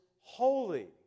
holy